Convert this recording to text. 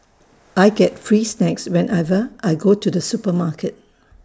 I get free snacks whenever I go to the supermarket